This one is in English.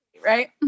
right